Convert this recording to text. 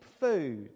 food